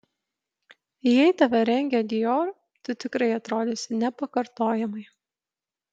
jei tave rengia dior tu tikrai atrodysi nepakartojamai